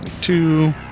two